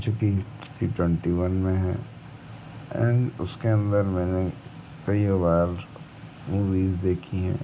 जो कि C twenty one में है एंड उसका अंदर मैंने कइ बार मूवी देखी हैं